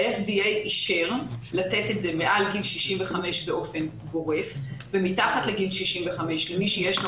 ה-FDA אישר לתת את זה מעל גיל 65 באופן גורף ומתחת לגיל 65 למי שיש לו